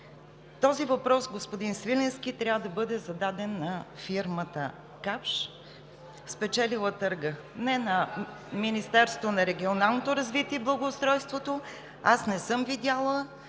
Този въпрос, господин Свиленски, трябва да бъде зададен на фирмата „Капш“, спечелила търга, не на Министерството на регионалното развитие и благоустройството. Аз не съм видяла